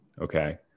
Okay